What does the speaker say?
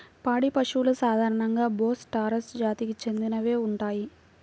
పాడి పశువులు సాధారణంగా బోస్ టారస్ జాతికి చెందినవే ఉంటాయి